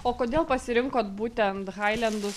o kodėl pasirinkot būtent hailendus